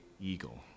eagle